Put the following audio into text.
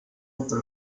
otro